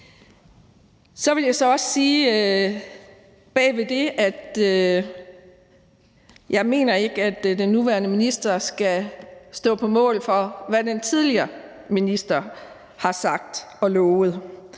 jeg ikke mener, at den nuværende minister skal stå på mål for, hvad den tidligere minister har sagt og lovet.